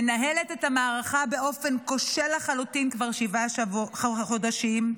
מנהלת את המערכה באופן כושל לחלוטין כבר שבעה חודשים.